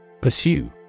Pursue